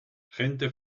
gente